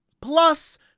Plus